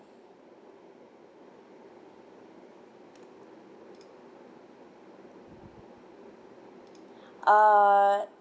uh